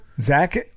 Zach